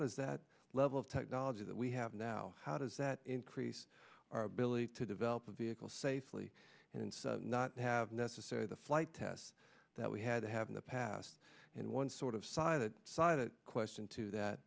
does that level of technology that we have now how does that increase our ability to develop a vehicle safely and in some not have necessarily the flight test that we had to have in the past and one sort of side to side a question to that